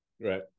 Right